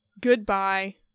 Goodbye